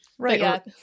Right